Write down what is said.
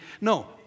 No